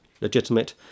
legitimate